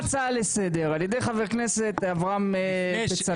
עלתה הצעה לסדר על ידי חבר הכנסת אברהם בצלאל.